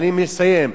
אני מסיים.